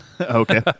Okay